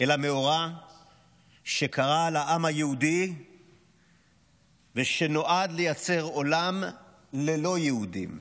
אלא מאורע שקרה לעם היהודי ושנועד לייצר עולם ללא יהודים.